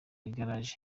igaraje